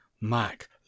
Mac